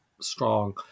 strong